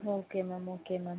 okay ma'am okay ma'am